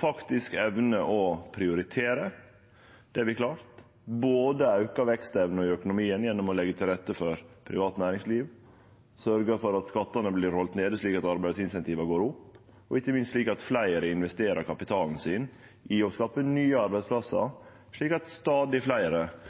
Faktisk å evne å prioritere – det har vi klart. Vi har både auka vekstevna i økonomien gjennom å leggje til rette for privat næringsliv, sørgt for at skattane vert haldne nede slik at arbeidsinsentiva går opp, og ikkje minst slik at fleire investerer kapitalen sin i å skape nye arbeidsplassar slik at stadig fleire